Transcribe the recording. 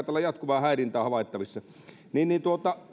täällä on jatkuvaa häirintää havaittavissa